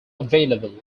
available